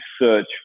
search